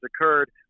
occurred